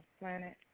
planet